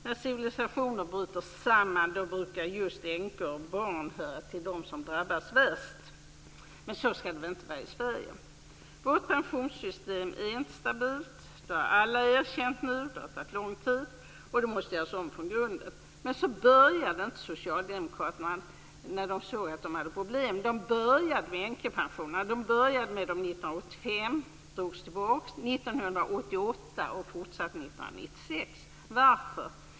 När civilisationer bryter samman brukar just änkor och barn höra till dem som drabbas värst, men så skall det väl inte vara i Sverige. Vårt pensionssystem är instabilt. Detta har alla nu erkänt, men det har tagit lång tid. Pensionssystemet måste göras om från grunden. Så började dock inte Socialdemokraterna när de hade problem. Det började 1988 och fortsatte sedan 1996. Varför?